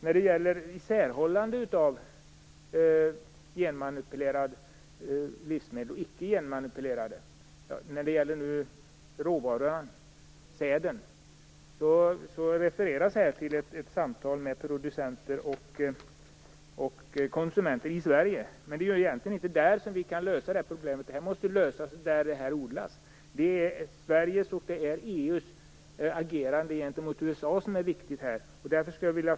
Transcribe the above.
När det gäller särhållande av genmanipulerad och icke-genmanipulerad säd refereras till ett samtal med producenter och konsumenter i Sverige, men det är ju egentligen inte där vi kan lösa det här problemet, utan det måste lösas där grödorna odlas. Det är Sveriges och EU:s agerande gentemot USA som är viktigt i det här sammanhanget.